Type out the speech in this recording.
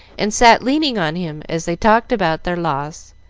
and sat leaning on him as they talked about their loss,